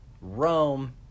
Rome